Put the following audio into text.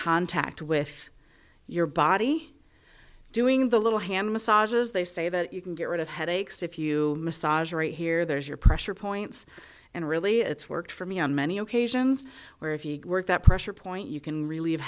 contact with your body doing the little hand massages they say that you can get rid of headaches if you massage right here there's your pressure points and really it's worked for me on many occasions where if you work that pressure point you can relieve